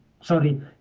Sorry